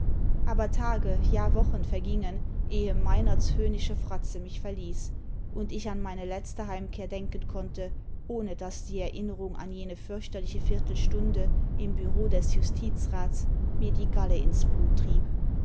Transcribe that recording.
aber tage ja wochen vergingen ehe meinerts höhnische fratze mich verließ und ich an meine letzte heimkehr denken konnte ohne daß die erinnenuig an jene fürchterliche viertelstunde im bureau des justizrats mir die galle ins blut trieb